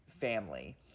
family